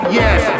yes